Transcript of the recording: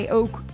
ook